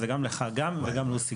זה גם לך וגם לוסי,